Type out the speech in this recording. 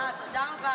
אה, תודה רבה.